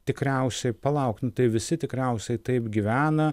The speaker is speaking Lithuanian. tikriausiai palauk nu tai visi tikriausiai taip gyvena